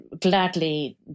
gladly